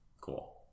cool